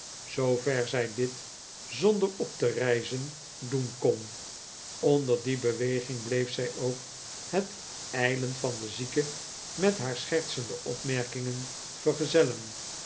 zoover zij dit zonder op te rijzen doen kon onder die beweging bleef zij ook het ijlen van den zieke met haar schertsende opmerkingen vergezellen